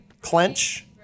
clench